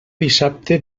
dissabte